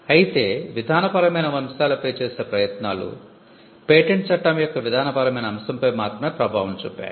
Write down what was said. అయితే విధానపరమైన అంశాలపై చేసే ప్రయత్నాలు పేటెంట్ చట్టం యొక్క విధానపరమైన అంశంపై మాత్రమే ప్రభావం చూపాయి